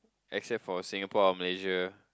except for Singapore or Malaysia